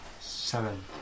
Seven